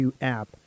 app